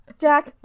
Jack